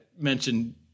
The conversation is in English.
mentioned